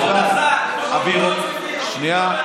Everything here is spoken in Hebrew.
שנייה,